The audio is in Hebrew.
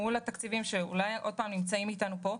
מול התקציבים שנמצאים אתנו פה.